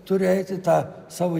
turėti tą savo